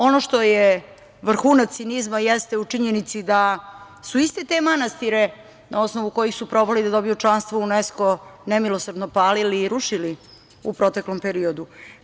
Ono što je vrhunac cinizma jeste u činjenici da su iste te manastire na osnovu kojih su probali da dobiju članstvo u UNESCO nemilosrdno palili i rušili u proteklom periodu.